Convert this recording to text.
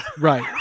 Right